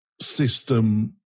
system